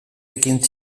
ekin